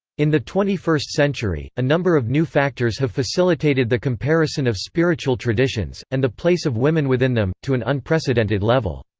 in the twenty-first century, a number of new factors have facilitated the comparison of spiritual traditions and the place of women within them to an unprecedented level.